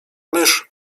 mysz